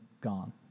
gone